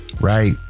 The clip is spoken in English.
right